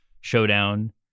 showdown